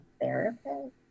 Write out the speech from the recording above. therapist